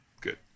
good